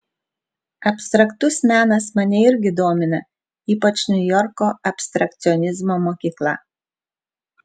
abstraktus menas mane irgi domina ypač niujorko abstrakcionizmo mokykla